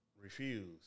refuse